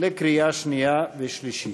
לקריאה שנייה ושלישית.